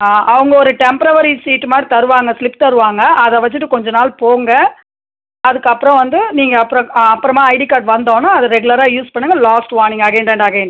ஆ அவங்க ஒரு டெம்ப்ரவரி சீட்டு மாதிரி தருவாங்க ஸ்லிப் தருவாங்க அதை வச்சுட்டு கொஞ்ச நாள் போங்க அதுக்கப்புறம் வந்து நீங்கள் அப்புறம் அப்புறமா ஐடி கார்ட் வந்தோன்னே அதை ரெகுலராக யூஸ் பண்ணுங்க last warning again and again